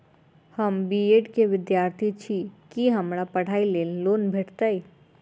हम B Ed केँ विद्यार्थी छी, की हमरा पढ़ाई लेल लोन भेटतय?